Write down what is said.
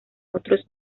otros